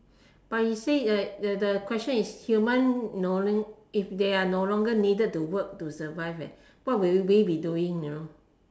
but you say the the the question is human no l~ if they are no longer needed to work to survive leh what will they be doing you know